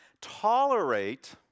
tolerate